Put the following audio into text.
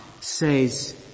says